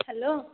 hello